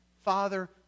Father